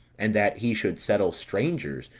and that he should settle strangers,